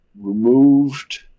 removed